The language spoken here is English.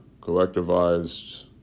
collectivized